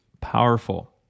powerful